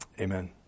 Amen